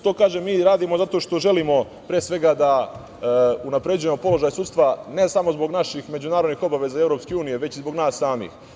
To radimo zato što želimo, pre svega, da unapređujemo položaj sudstva, ne samo zbog naših međunarodnih obaveza i EU, već i zbog nas samih.